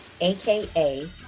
aka